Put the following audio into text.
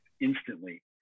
instantly